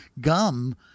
gum